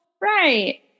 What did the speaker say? right